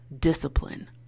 discipline